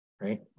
right